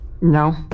No